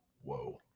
Whoa